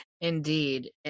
Indeed